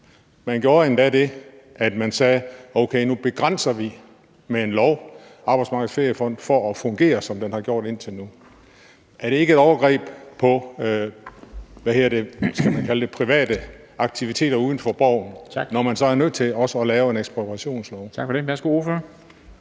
Man gjorde endda det, at man sagde: Okay, nu begrænser vi med en lov Arbejdsmarkedets Feriefond i at fungere, som den har gjort indtil nu. Er det ikke et overgreb på, hvad skal man kalde det, private aktiviteter uden for Borgen, når man så også er nødt til at lave en ekspropriationslov?